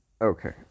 Okay